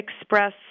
express